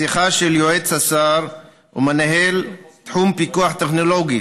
שיחה של יועץ השר ומנהל תחום פיקוח טכנולוגי